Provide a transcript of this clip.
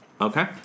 Okay